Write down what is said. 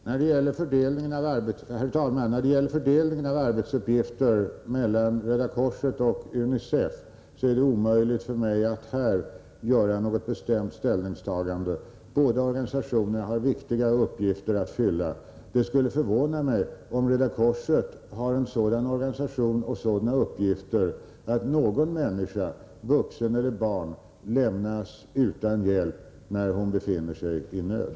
Herr talman! I fråga om fördelningen av arbetsuppgifter mellan Röda korset och UNICEF är det omöjligt för mig att här redovisa något bestämt ställningstagande. Båda organisationerna har viktiga uppgifter att fylla. Det skulle förvåna mig om Röda korset har en sådan organisation och sådana uppgifter att någon människa, vuxen eller barn, lämnas utan hjälp när hon befinner sig i nöd.